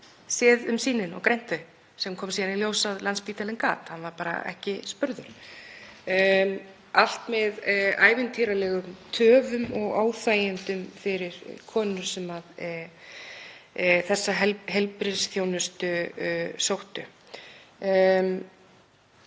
séð um sýnin og greint þau sem kom síðan í ljós að Landspítalinn gat, hann var bara ekki spurður. Allt með ævintýralegum töfum og óþægindum fyrir konur sem þessa heilbrigðisþjónustu sóttu.